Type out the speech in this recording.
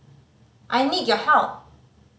I need your help